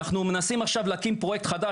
אנחנו מנסים עכשיו להקים פרויקט חדש